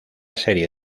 serie